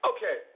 Okay